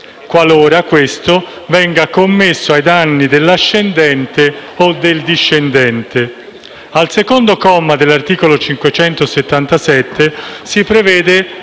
qualora questo venga commesso ai danni dell'ascendente o del discendente. Al comma 2 dell'articolo 577 si prevede